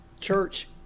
Church